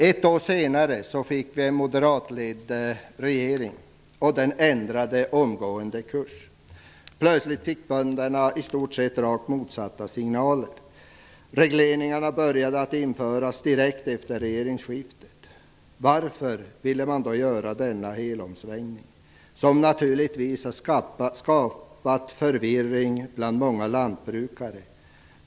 Ett år senare fick vi en moderatledd regering, och den ändrade omgående kurs. Plötsligt fick bönderna i stort sett rakt motsatta signaler. Regleringarna började att införas direkt efter regeringsskiftet. Varför ville man då göra denna helomsvängning, som naturligtvis har skapat förvirring bland många lantbrukare?